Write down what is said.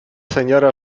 seniora